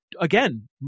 again